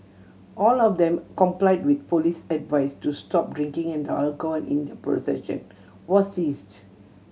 all of them complied with police advice to stop drinking and the alcohol in their possession was seized